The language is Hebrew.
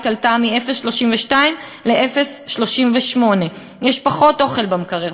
עלתה מ-0.32% ל-0.38%; יש פחות אוכל במקרר,